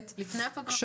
כן.